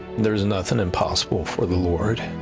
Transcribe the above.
there is nothing impossible for the lord.